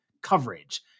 coverage